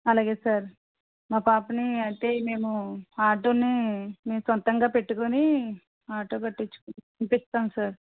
అలాగే సార్ మా పాపని అంటే మేము ఆటోని మేము సొంతగా పెట్టుకొని ఆటో పెట్టిచ్ పంపిస్తాం సార్